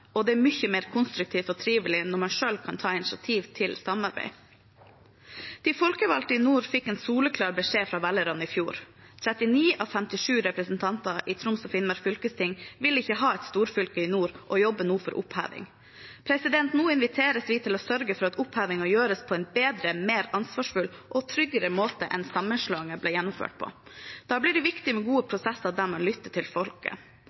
Det er mye mer konstruktivt og trivelig når man selv kan ta initiativ til samarbeid. De folkevalgte i nord fikk en soleklar beskjed fra velgerne i fjor: 39 av 57 representanter i Troms og Finnmark fylkesting vil ikke ha et storfylke i nord og jobber nå for oppheving. Nå inviteres vi til å sørge for at opphevingen gjøres på en bedre, mer ansvarsfull og tryggere måte enn sammenslåingen ble gjennomført på. Da blir det viktig med gode prosesser der man lytter til folket.